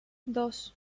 dos